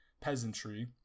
peasantry